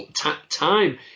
time